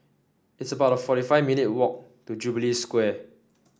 It's about forty five minutes' walk to Jubilee Square